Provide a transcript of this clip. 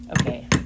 Okay